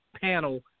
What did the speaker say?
panel